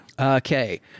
Okay